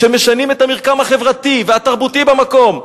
כשמשנים את המרקם החברתי והתרבותי במקום.